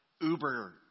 Uber